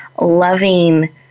loving